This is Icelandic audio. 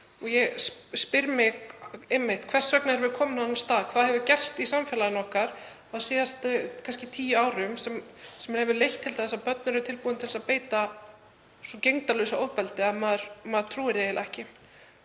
Og ég spyr mig einmitt: Hvers vegna erum við komin á þennan stað? Hvað hefur gerst í samfélagi okkar á síðustu kannski tíu árum sem hefur leitt til þess að börnin eru tilbúin til að beita svo gegndarlausu ofbeldi að maður trúir því eiginlega ekki?